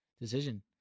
Decision